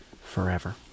forever